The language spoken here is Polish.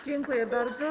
Dziękuję bardzo.